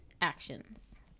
actions